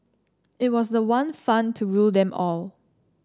it was the one fund to rule them all